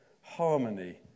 harmony